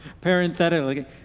parenthetically